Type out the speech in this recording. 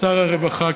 שר הרווחה,